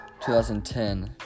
2010